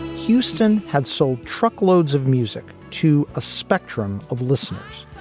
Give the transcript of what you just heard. houston had sold truckloads of music to a spectrum of listeners.